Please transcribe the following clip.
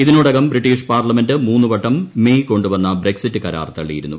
ഇതിനോടകം British parliament മൂന്ന് വട്ടം മെയ് കൊണ്ടു വന്ന ബ്രക്സിറ്റ് കരാർ തള്ളിയിരുന്നു